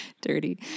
Dirty